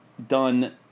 done